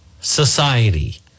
society